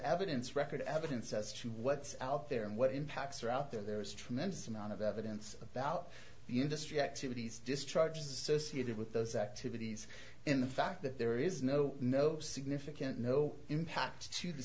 evidence record evidence as to what's out there and what impacts are out there there is tremendous amount of evidence about the industry activities discharges associated with those activities in the fact that there is no no significant no impact to the